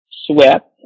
swept